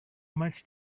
much